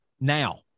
now